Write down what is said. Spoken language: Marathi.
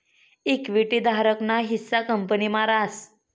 इक्विटी धारक ना हिस्सा कंपनी मा रास